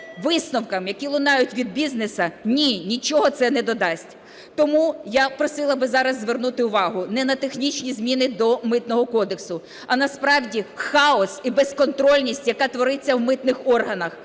висновкам, які лунають від бізнесу, ні, нічого це не додасть. Тому я просила би зараз звернути увагу не на технічні зміни до Митного кодексу, а насправді хаос і безконтрольність, яка твориться в митних органах.